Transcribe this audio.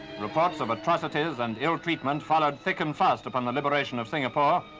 reports of atrocities and ill treatment followed thick and fast upon the liberation of singapore.